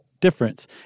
difference